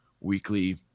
weekly